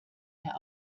der